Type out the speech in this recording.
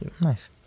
Nice